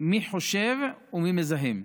מי חושב ומי מזהם.